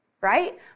Right